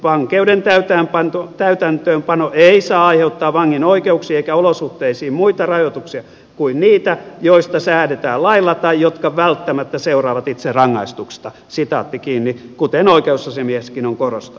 vankeuden täytäntöönpano ei saa aiheuttaa vangin oikeuksiin eikä olosuhteisiin muita rajoituksia kuin niitä joista säädetään lailla tai jotka välttämättä seuraavat itse rangaistuksesta kuten oikeusasiamieskin on korostanut